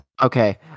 Okay